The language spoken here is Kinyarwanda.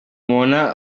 mubona